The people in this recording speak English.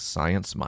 Science